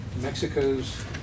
Mexico's